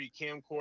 camcorder